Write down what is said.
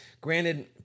Granted